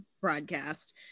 broadcast